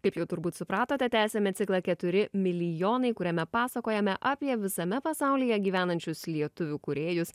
kaip jau turbūt supratote tęsiame ciklą keturi milijonai kuriame pasakojame apie visame pasaulyje gyvenančius lietuvių kūrėjus